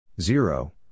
zero